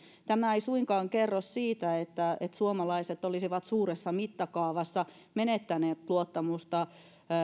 tämä ei suinkaan kerro siitä että että suomalaiset olisivat suuressa mittakaavassa menettäneet luottamusta